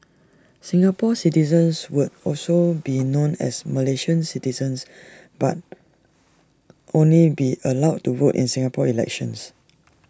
Singapore citizens would also be known as Malaysian citizens but only be allowed to vote in Singapore elections